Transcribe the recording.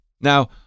Now